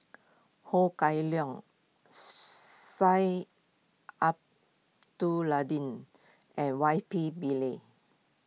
Ho Kah Leong and Y P Pillay